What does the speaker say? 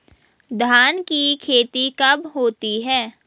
धान की खेती कब होती है?